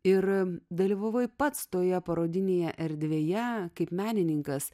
ir dalyvavai pats toje parodinėje erdvėje kaip menininkas